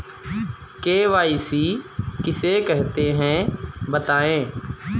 KYC किसे कहते हैं बताएँ?